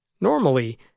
Normally